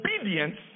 Obedience